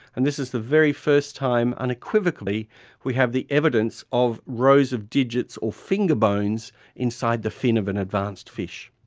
and this is the very first time unequivocally we have the evidence of rows of digits or finger bones inside the fin of an advanced fish.